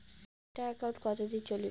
একটা একাউন্ট কতদিন চলিবে?